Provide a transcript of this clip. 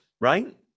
right